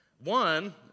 One